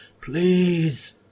please